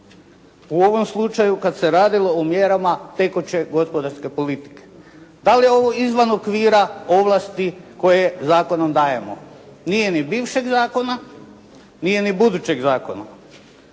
u ovom slučaju kad se radilo o mjerama tekuće gospodarske politike. Da li je ovo izvan okvira ovlasti koje zakonom dajemo? Nije ni bivšeg zakona, nije ni budućeg zakona.